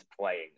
playing